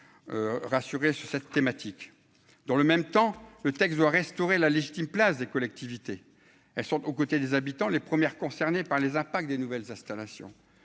rassuré sur cette thématique dans le même temps, le texte doit restaurer la légitime place des collectivités, elles sont aux côtés des habitants, les premières concernées par les impacts des nouvelles installations,